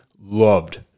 loved